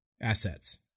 assets